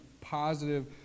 positive